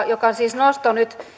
joka siis nyt